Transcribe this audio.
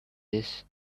this